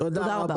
תודה רבה.